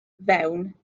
fewn